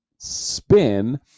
spin